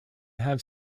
have